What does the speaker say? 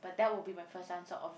but that would be my first answer obv~